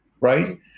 right